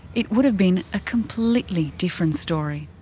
it would have been a completely different story.